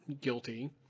guilty